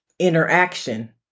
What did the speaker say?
interaction